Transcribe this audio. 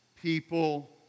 people